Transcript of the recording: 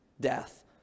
death